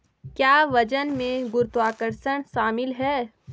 क्या वजन में गुरुत्वाकर्षण शामिल है?